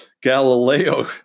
Galileo